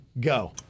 Go